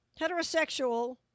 heterosexual